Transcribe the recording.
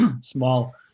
small